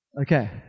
Okay